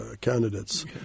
candidates